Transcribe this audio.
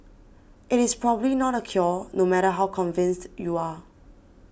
it is probably not the cure no matter how convinced you are